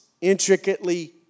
intricately